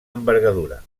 envergadura